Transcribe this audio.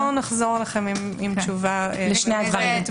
נחזור אליכם עם תשובה לשני הדברים.